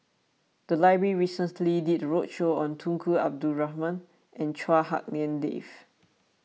the library recently did a roadshow on Tunku Abdul Rahman and Chua Hak Lien Dave